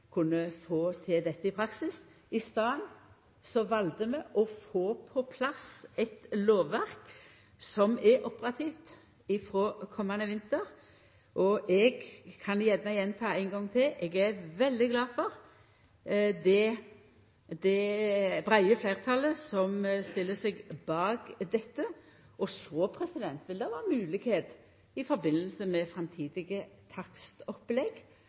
kunne fått til dette i praksis. I staden valde vi å få på plass eit lovverk som er operativt frå komande vinter. Eg kan gjerne gjenta ein gong til: Eg er veldig glad for det breie fleirtalet som stiller seg bak dette.